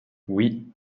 oui